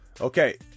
Okay